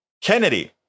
Kennedy